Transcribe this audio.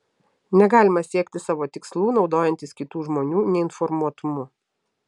negalima siekti savo tikslų naudojantis kitų žmonių neinformuotumu